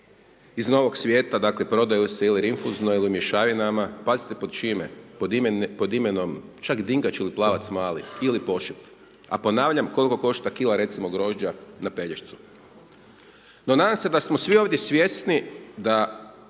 iz novog svijeta, dakle prodaju se ili rinfuzno ili u mješavinama, pazite pod čime, pod imenom čak dingač ili plavac mali ili pošip. A ponavljam koliko košta kila recimo grožđa na Pelješcu. No nadam se da smo svi ovdje svjesni da